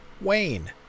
Wayne